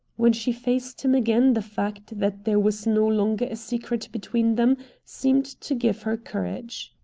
when she faced him again the fact that there was no longer a secret between them seemed to give her courage.